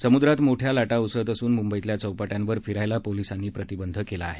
समुद्रात मोठ्या लाटा उसळत असून मुंबईतल्या चौपाट्यांवर फिरायला पोलिसांनी प्रतिबंध केला आहे